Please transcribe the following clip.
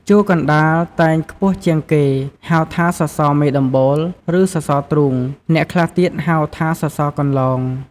ជួរកណ្តាលតែងខ្ពស់ជាងគេ ហៅថាសសរមេដំបូល ឬសសរទ្រូង អ្នកខ្លះទៀតហៅថាសសរកន្លោង។